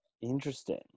Interesting